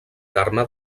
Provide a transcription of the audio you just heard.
carme